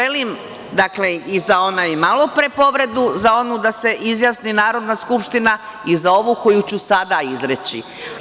Želim i za onu malo pre povredu da se izjasni Narodna skupština i za ovu koju ću sada izreći.